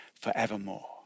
forevermore